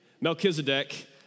Melchizedek